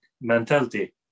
mentality